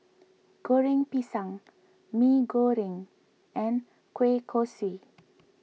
Goreng Pisang Mee Goreng and Kueh Kosui